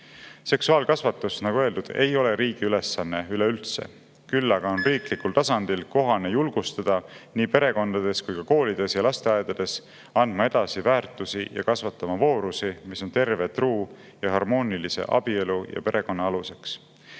Seksuaalkasvatus, nagu öeldud, ei ole riigi ülesanne üleüldse. Küll aga on riiklikul tasandil kohane julgustada nii perekondades kui ka koolides ja lasteaedades andma edasi väärtusi ja kasvatama voorusi, mis on terve, truu ja harmoonilise abielu ja perekonna aluseks.